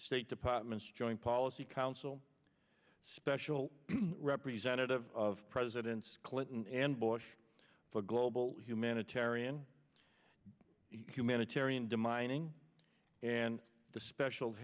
state department's joint policy council special representative of presidents clinton and bush for global humanitarian humanitarian demining and the special